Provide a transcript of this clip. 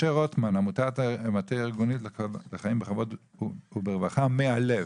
משה רוטמן מעמותת המטה הארגוני לחיים בכבוד וברווחה "מהלב".